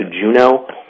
Juno